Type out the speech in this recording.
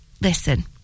Listen